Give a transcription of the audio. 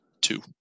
two